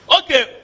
Okay